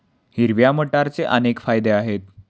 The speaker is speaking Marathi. हिरव्या मटारचे अनेक फायदे आहेत